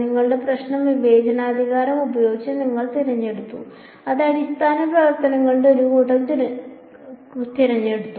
നിങ്ങളുടെ പ്രശ്നം വിവേചനാധികാരം ഉപയോഗിച്ച് നിങ്ങൾ തിരഞ്ഞെടുത്തു അത് അടിസ്ഥാന പ്രവർത്തനങ്ങളുടെ ഒരു കൂട്ടം തിരഞ്ഞെടുത്തു